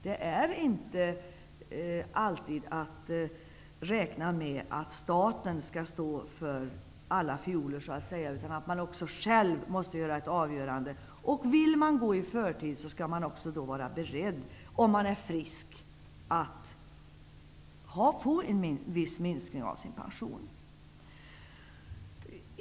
Det är inte alltid att räkna med att staten skall stå för alla fioler, utan man måste själv ta ett ansvar. Vill man gå i förtid, måste man, om man är frisk, vara beredd att få en viss minskning av sin pension.